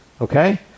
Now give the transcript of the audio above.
Okay